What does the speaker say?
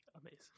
Amazing